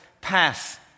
pass